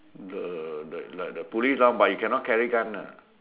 the the the police lah but you cannot carry gun lah